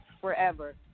forever